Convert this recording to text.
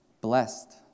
Blessed